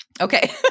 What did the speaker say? Okay